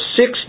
six